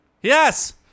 Yes